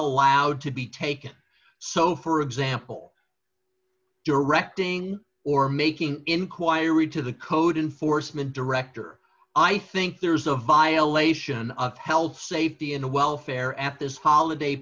allowed to be taken so for example directing or making inquiry to the code enforcement director i think there's a violation of health safety and welfare at this holiday